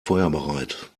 feuerbereit